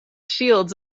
shields